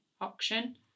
auction